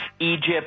Egypt